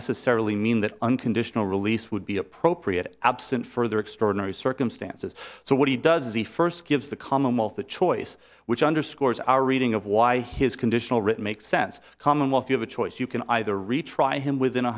necessarily mean that unconditional release would be appropriate absent further extraordinary circumstances so what he does is he first gives the commonwealth a choice which underscores our reading of why his conditional written makes sense commonwealth you have a choice you can either retry him within